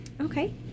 okay